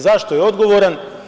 Zašto je odgovoran?